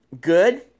good